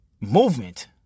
Movement